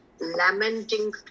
lamenting